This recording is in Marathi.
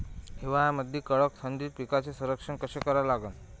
हिवाळ्यामंदी कडक थंडीत पिकाचे संरक्षण कसे करा लागन?